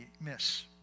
miss